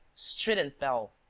strident bell,